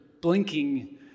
blinking